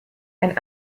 ein